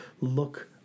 look